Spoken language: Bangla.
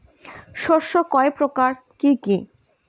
শস্য কয় প্রকার কি কি?